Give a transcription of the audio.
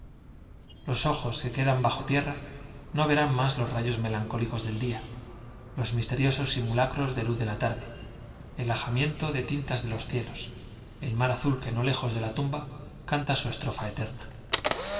los ojos que quedan bajo tierra no verán más los rayos melancólicos del día los miste riosos simulacros de luz de la tarde el de ajamiento tintas de los cielos el mar azul que no lejos de la tumba canta su estrofa eterna